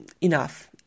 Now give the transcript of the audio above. enough